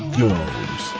goes